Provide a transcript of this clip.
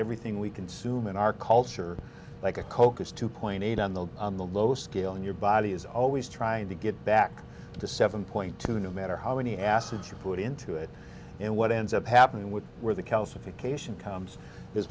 everything we consume in our culture like a coke is two point eight on the low scale in your body is always trying to get back to seven point two no matter how many acids are put into it and what ends up happening with where the calcification comes is